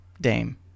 Dame